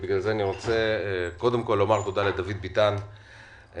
אני רוצה לומר תודה לדוד ביטן שנעתר,